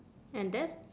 and that's